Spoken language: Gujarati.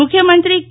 મુખ્યમંત્રી કે